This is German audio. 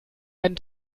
einen